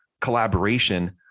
collaboration